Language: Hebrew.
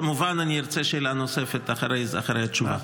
כמובן, אני ארצה שאלה נוספת אחרי התשובה.